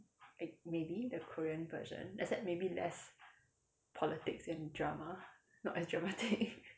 like maybe the korean version except maybe less politics and drama not as dramatic